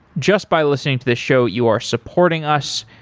just by listening to the show, you are supporting us.